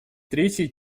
третьей